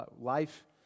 life